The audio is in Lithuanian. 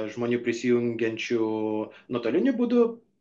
žmonių prisijungiančių nuotoliniu būdu